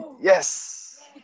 Yes